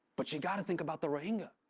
but you got to think about the rohingya.